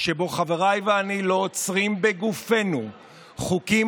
שבו חבריי ואני לא עוצרים בגופנו חוקים